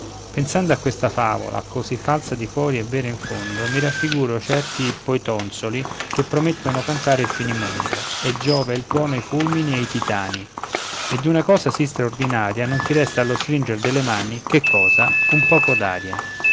pensando a questa favola così falsa di fuori e vera in fondo mi raffiguro certi poetonzoli che prometton cantare il finimondo e giove e il tuono e i fulmini e i titani e d'una cosa sì straordinaria non ti resta allo stringer delle mani che cosa un poco